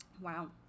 Wow